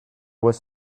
was